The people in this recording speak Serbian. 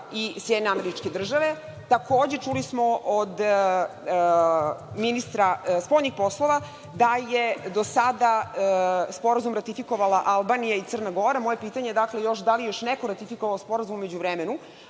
Švajcarska i SAD? Takođe, čuli smo od ministra spoljnih poslova da je do sada Sporazum ratifikovala Albanija i Crna Gora. Moje pitanje je – da li je još neko ratifikovao Sporazum u međuvremenu?